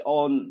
on